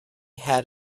had